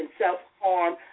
self-harm